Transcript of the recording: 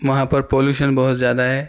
وہاں پر پولیوشن بہت زیادہ ہے